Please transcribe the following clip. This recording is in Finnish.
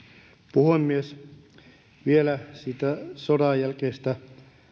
puhemies vielä siitä sodanjälkeisestä